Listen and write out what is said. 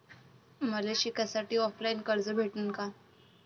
मले शिकासाठी ऑफलाईन कर्ज भेटन का?